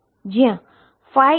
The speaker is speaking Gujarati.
જ્યાં n2LsinnπxL છે